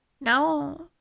No